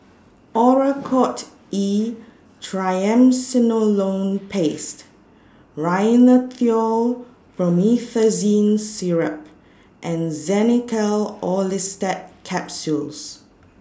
Oracort E Triamcinolone Paste Rhinathiol Promethazine Syrup and Xenical Orlistat Capsules